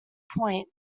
point